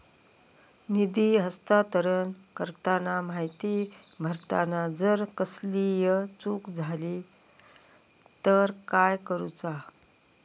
निधी हस्तांतरण करताना माहिती भरताना जर कसलीय चूक जाली तर काय करूचा?